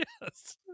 Yes